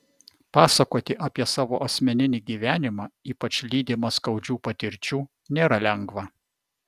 pasakoti apie savo asmeninį gyvenimą ypač lydimą skaudžių patirčių nėra lengva